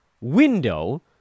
window